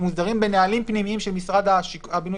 הם מוסדרים בנהלים פנימיים של משרד הבינוי